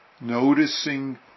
noticing